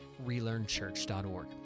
relearnchurch.org